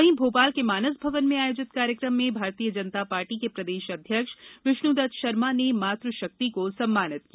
वहीं भोपाल के मानस भवन में आयोजित कार्यक्रम में भारतीय जनता पार्टी के प्रदेश अध्यक्ष विष्णुदत्त शर्मा ने मातृशक्ति को सम्मानित किया